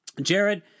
Jared